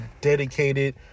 dedicated